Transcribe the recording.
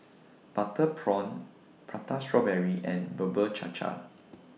Butter Prawn Prata Strawberry and Bubur Cha Cha